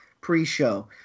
pre-show